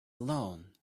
alone